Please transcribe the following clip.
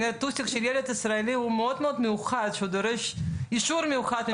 כנראה טוסיק של ילד ישראלי הוא מאוד מאוד מיוחד שהוא דורש אישור מיוחד.